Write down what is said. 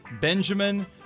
Benjamin